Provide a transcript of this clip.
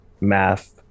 math